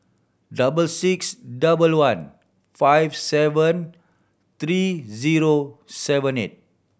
double six double one five seven three zero seven eight